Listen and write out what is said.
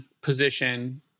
position